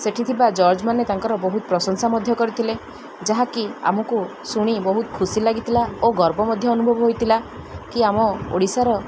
ସେଠି ଥିବା ଜଜ୍ମାନେ ତାଙ୍କର ବହୁତ ପ୍ରଶଂସା ମଧ୍ୟ କରିଥିଲେ ଯାହାକି ଆମକୁ ଶୁଣି ବହୁତ ଖୁସି ଲାଗିଥିଲା ଓ ଗର୍ବ ମଧ୍ୟ ଅନୁଭବ ହୋଇଥିଲା କି ଆମ ଓଡ଼ିଶାର